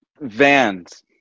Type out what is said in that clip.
vans